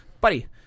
buddy